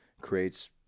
creates